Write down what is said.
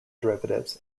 derivatives